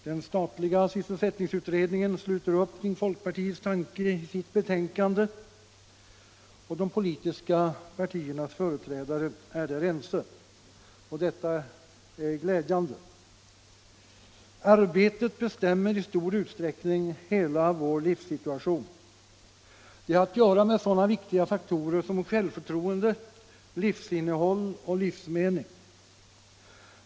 Den statliga sysselsättningsutredningen sluter upp kring folkpartiets tanke i sitt betänkande, och de politiska partiernas företrädare är där ense. Detta är glädjande. Arbetet bestämmer i stor utsträckning hela vår livssituation. Det har att göra med sådana viktiga faktorer som självförtroende, livsinnehåll och livsmening.